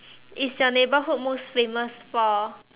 is your neighbourhood most famous for